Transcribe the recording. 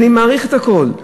אני מעריך את הכול.